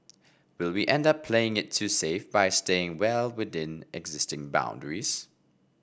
will we end up playing it too safe by staying well within existing boundaries